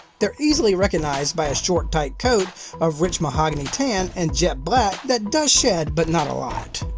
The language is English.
they're easily recognized by a short tight coat of rich mahogany tan and jet black that does shed, but not a lot.